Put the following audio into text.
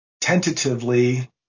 tentatively